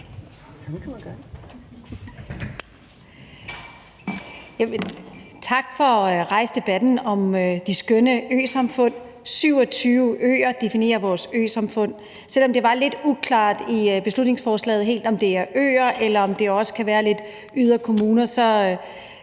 Tak for at rejse debatten om de skønne øsamfund. 27 øer definerer vores øsamfund. Selv om det var lidt uklart i beslutningsforslaget, om det er øer, eller om det også kan være yderkommuner,